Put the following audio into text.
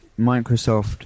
Microsoft